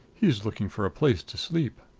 he's looking for a place to sleep.